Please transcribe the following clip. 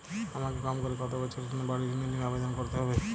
আমাকে কম করে কতো বছরের জন্য বাড়ীর ঋণের জন্য আবেদন করতে হবে?